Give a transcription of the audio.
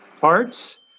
parts